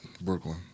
Brooklyn